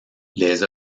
les